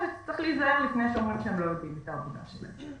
שצריך להיזהר לפני שאומרים שהם לא יודעים את העבודה שלהם.